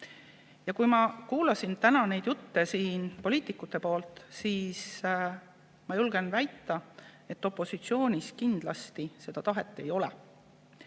Kui ma kuulasin täna neid jutte siin poliitikute suust, siis ma julgen väita, et opositsioonis kindlasti seda tahet ei ole.